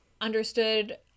understood